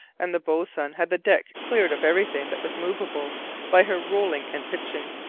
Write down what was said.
and the boatswain had the deck cleared of everything that was movable by her rolling and pitching.